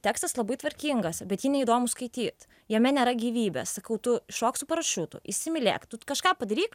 tekstas labai tvarkingas bet jį neįdomu skaityt jame nėra gyvybės sakau tu šok su parašiutu įsimylėk tu kažką padaryk